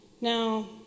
Now